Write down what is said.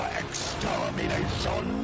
extermination